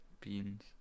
Beans